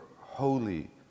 holy